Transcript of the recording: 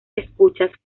escuchas